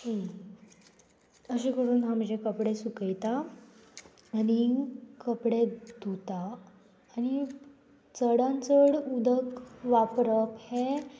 अशें करून हांव म्हजे कपडे सुकयतां आनी कपडे धुता आनी चडान चड उदक वापरप हें